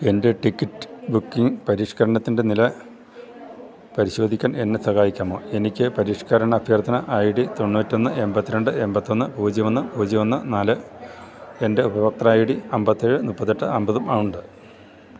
എൻ്റെ ticket booking പരിഷ്ക്കരണത്തിൻ്റെ നില പരിശോധിക്കാൻ എന്നെ സഹായിക്കാമോ എനിക്ക് പരിഷ്ക്കരണ അഭ്യർത്ഥന ഐ ഡി തൊണ്ണൂറ്റിയൊന്ന് എണ്പത്തിരണ്ട് എണ്പത്തിയൊന്ന് പൂജ്യം ഒന്ന് പൂജ്യം ഒന്ന് നാല് എൻ്റെ ഉപഭോക്തൃ ഐ ഡി അമ്പത്തിയേഴ് മുപ്പത്തിയെട്ട് അമ്പതും ഉണ്ട്